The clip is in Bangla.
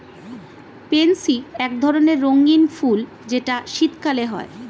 পেনসি এক ধরণের রঙ্গীন ফুল যেটা শীতকালে হয়